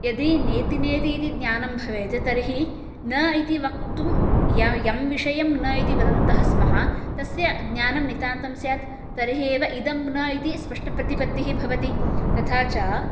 यदि नेति नेति इति ज्ञानं भवेत् तर्हि न इति वक्तुं यं विषयं न इति वदन्तः स्मः तस्य ज्ञानं नितान्तं स्यात् तर्हि एव इदं न इति स्पष्टप्रतिपत्तिः भवति तथा च